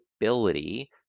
ability